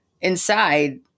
inside